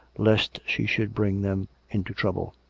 lest she should bring them into trouble.